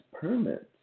permits